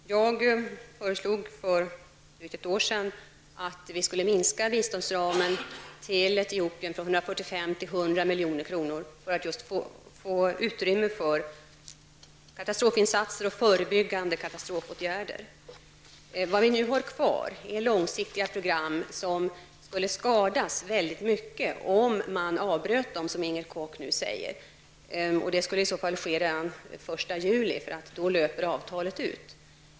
Herr talman! Jag föreslog för drygt ett år sedan att vi skulle minska biståndsramen till Etiopien från 145 till 100 milj.kr. för att just få utrymme för katastrofinsatser och förebyggande katastrofåtgärder. Vad vi nu har kvar är långsiktiga program som skulle skadas väldigt mycket om man avbröt dem, vilket Inger Koch sade. Och det skulle i så fall ske redan den 1 juli, eftersom avtalet då löper ut.